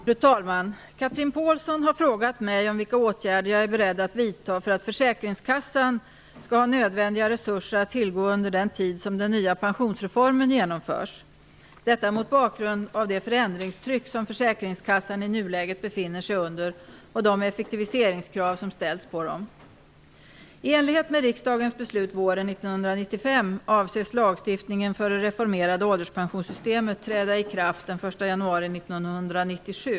Fru talman! Chatrine Pålsson har frågat mig om vilka åtgärder jag är beredd att vidta för att Försäkringskassan skall ha nödvändiga resurser att tillgå under den tid som den nya pensionsreformen genomförs. Bakgrunden är det förändringstryck som Försäkringskassan i nuläget befinner sig under och de effektiviseringskrav som ställs på den. I enlighet med riksdagens beslut våren 1995 avses lagstiftningen för det reformerade ålderspensionssystemet träda i kraft den 1 januari 1997.